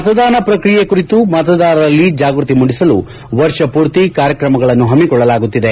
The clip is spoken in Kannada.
ಮತದಾನ ಪ್ರಕ್ರಿಯೆ ಕುರಿತು ಮತದಾರರಲ್ಲಿ ಜಾಗೃತಿ ಮೂಡಿಸಲು ವರ್ಷ ಪೂರ್ತಿ ಕಾರ್ಯಕ್ರಮಗಳನ್ನು ಹಮ್ನಿಕೊಳ್ಳಲಾಗುತ್ತಿದೆ